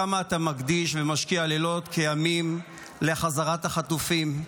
כמה אתה מקדיש ומשקיע לילות כימים להחזרת החטופים.